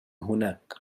هناك